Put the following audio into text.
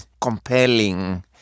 compelling